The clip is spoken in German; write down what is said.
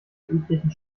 üblichen